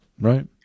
right